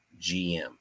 GM